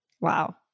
Wow